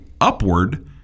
upward